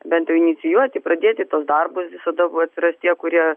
bent jau inicijuoti pradėti tuos darbus visada atsiras tie kurie